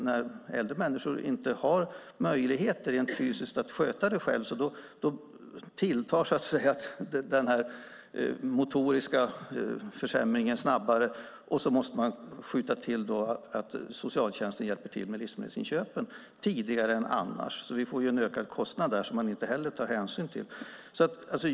När äldre människor inte har möjlighet rent fysiskt att sköta sina inköp själva tilltar så att säga den motoriska försämringen snabbare och så måste socialtjänsten skjuta till hjälp med livsmedelsinköpen tidigare än annars. Vi får ju en ökad kostnad där som man inte heller tar hänsyn till.